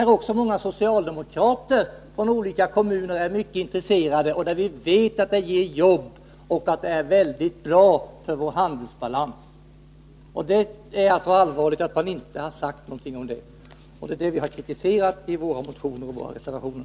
Många socialdemokrater från olika kommuner är mycket intresserade av detta. Vi vet att det ger jobb och är väldigt bra för vår handelsbalans. Det är mycket allvarligt att man inte har sagt någonting härom, och det har vi kritiserat i våra motioner och reservationer.